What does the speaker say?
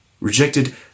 Rejected